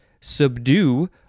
subdue